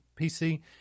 PC